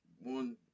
One